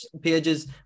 pages